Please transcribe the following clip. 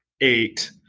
eight